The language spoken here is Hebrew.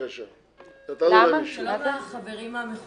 (הקרנת סרטון) הצילה את משק המים.